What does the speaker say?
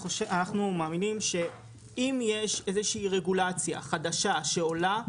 אנחנו מאמינים שאם יש איזושהי רגולציה חדשה שעולה,